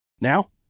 Now